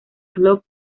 club